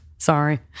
Sorry